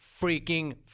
freaking